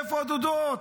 איפה הדודות?